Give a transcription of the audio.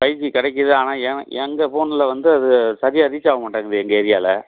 five G கிடைக்கிது ஆனால் ஏன் எங்கள் ஃபோனில் வந்து அது சரியாக ரீச் ஆக மாட்டேங்குது எங்கள் ஏரியாவில்